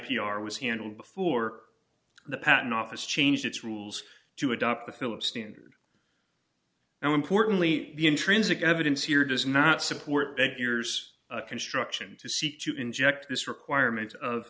r was handled before the patent office changed its rules to adopt the philips standard now importantly the intrinsic evidence here does not support that years construction to seek to inject this requirement of